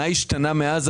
מה השתנה מאז?